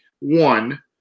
one